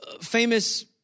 famous